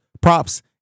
props